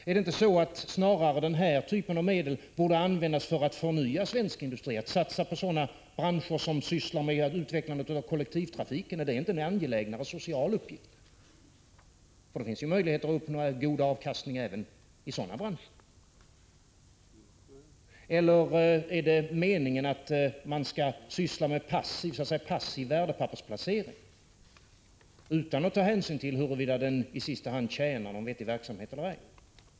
Borde inte den här typen av medel snarare användas för att förnya svensk industri genom satsning på branscher som sysslar med utvecklandet av kollektivtrafiken? Är det inte en angelägnare social uppgift? Det finns ju möjligheter att uppnå god avkastning även i sådana branscher. Eller är det meningen att fonderna skall ägna sig åt passiv värdepappersplacering utan att ta hänsyn till huruvida den i sista hand tjänar någon vettig verksamhet eller ej?